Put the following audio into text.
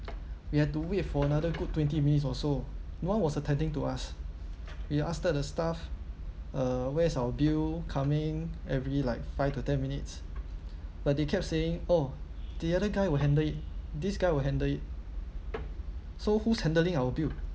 we had to wait for another good twenty minutes or so no one was attending to us we asked the staff uh where is our bill coming every like five to ten minutes but they kept saying oh the other guy will handle it this guy will handle it so whose handling our bill